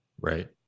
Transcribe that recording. right